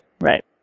right